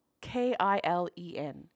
K-I-L-E-N